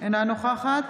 אינה נוכחת